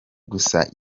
gusa